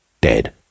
dead